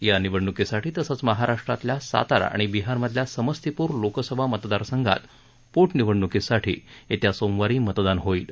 या निवडणुकीसाठी तसंच महाराष्ट्रातल्या सातारा आणि बिहारमधल्या समस्तीपूर लोकसभा मतदारसंघात पोटनिवडणुकीसाठी येत्या सोमवारी मतदान होईल